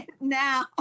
now